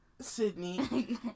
Sydney